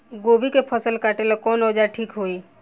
गोभी के फसल काटेला कवन औजार ठीक होई?